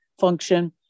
Function